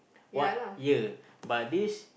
what year but this